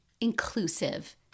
inclusive